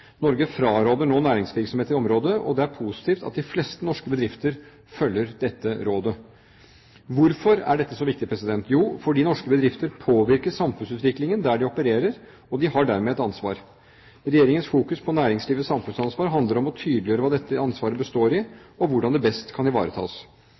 Norge fraråder nå næringsvirksomhet i området, og det er positivt at de fleste norske bedrifter følger dette rådet. Hvorfor er dette så viktig? Jo, fordi norske bedrifter påvirker samfunnsutviklingen der de opererer, og de har dermed et ansvar. Regjeringens fokus på næringslivets samfunnsansvar handler om å tydeliggjøre hva dette ansvaret består